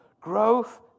Growth